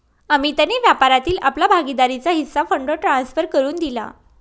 अमितने व्यापारातील आपला भागीदारीचा हिस्सा फंड ट्रांसफर करुन दिला